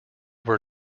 were